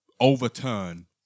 overturn